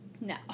No